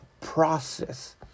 process